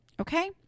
Okay